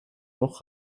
noch